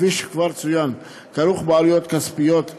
וכפי שכבר צוין, הוא כרוך בעלויות כספיות גבוהות.